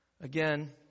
Again